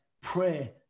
pray